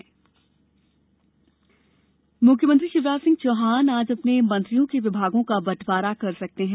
मंत्री विभाग मुख्यमंत्री शिवराज सिंह चौहान आज अपने मंत्रियों के विभागों का बंटवारा कर सकते हैं